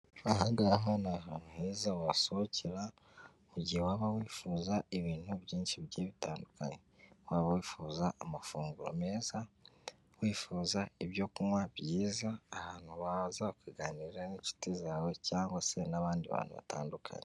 Angaha ni ahantu heza wasohokera mu gihe waba wifuza ibintu byinshi bigiye bitandukanye, waba wifuza amafunguro meza, wifuza ibyo kunywa byiza, ahantu waza ukaganira n'inshuti zawe cyangwa se n'abandi bantu batandukanye.